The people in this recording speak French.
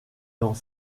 dans